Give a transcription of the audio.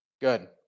Good